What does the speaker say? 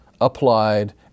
applied